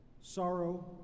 Sorrow